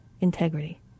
integrity